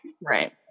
Right